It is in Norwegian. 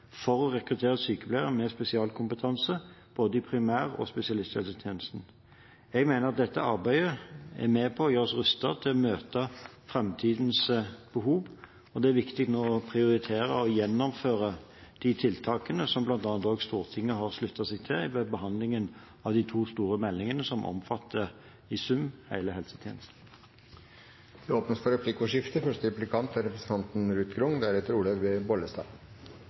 for å rekruttere sykepleiere med spesialkompetanse i både primær- og spesialisthelsetjenesten. Jeg mener dette arbeidet er med på å gjøre oss rustet til å møte framtidens behov. Det er viktig nå å prioritere å gjennomføre de tiltakene som bl.a. også Stortinget har sluttet seg til ved behandlingen av de to store meldingene som omfatter i sum hele helsetjenesten. Det blir replikkordskifte. Som ministeren sikkert forstår, mener Arbeiderpartiet det ikke er